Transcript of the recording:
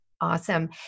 Awesome